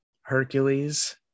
Hercules